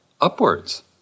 upwards